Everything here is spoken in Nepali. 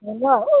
हेलो